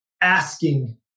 asking